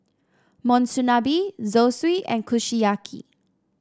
Monsunabe Zosui and Kushiyaki